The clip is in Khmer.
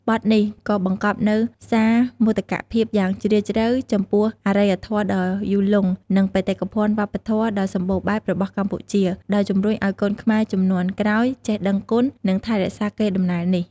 បទនេះក៏បង្កប់នូវសារមោទកភាពយ៉ាងជ្រាលជ្រៅចំពោះអរិយធម៌ដ៏យូរលង់ និងបេតិកភណ្ឌវប្បធម៌ដ៏សម្បូរបែបរបស់កម្ពុជា ដោយជំរុញឲ្យកូនខ្មែរជំនាន់ក្រោយចេះដឹងគុណ និងថែរក្សាកេរដំណែលនេះ។